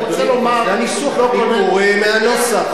הוא רוצה לומר, זה הניסוח, אני קורא מהנוסח.